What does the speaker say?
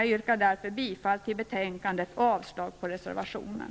Jag yrkar bifall till utskottets hemställan i betänkandet och avslag på reservationen.